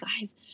guys